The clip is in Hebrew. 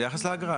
ביחס לאגרה.